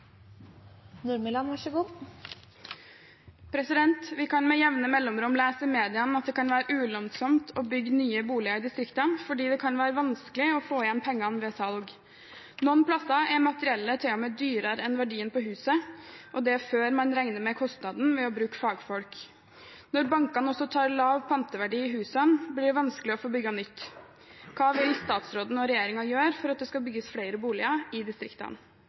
på høring. Så skal vi gå gjennom høringsuttalelsene og bekymringene og faglige råd før vi trekker en endelig konklusjon. «Vi kan med jevne mellomrom lese i mediene at det kan være ulønnsomt å bygge nye boliger i distriktene, fordi det kan være vanskelig å få igjen pengene ved salg. Noen steder er materiellet til og med dyrere enn verdien på huset. Og det er før man regner med kostnaden ved å bruke fagfolk. Når bankene også tar lav panteverdi i husene, blir det vanskelig å få bygget nytt. Hva vil statsråden og regjeringen gjøre for at